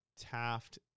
Taft